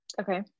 Okay